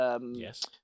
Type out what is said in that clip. Yes